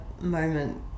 moment